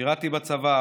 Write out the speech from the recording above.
שירתי בצבא,